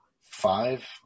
five